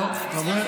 אדוני